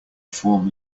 form